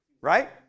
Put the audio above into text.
right